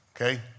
okay